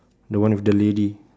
the one with the lady